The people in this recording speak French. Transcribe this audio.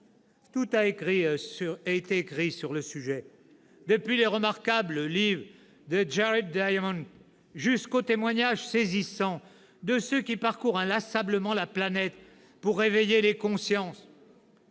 Tout a été écrit sur le sujet, depuis les remarquables livres de Jared Diamond jusqu'aux témoignages saisissants de ceux qui parcourent inlassablement la planète pour éveiller les consciences.